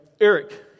Eric